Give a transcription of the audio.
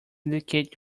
indicate